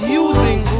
using